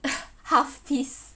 half piece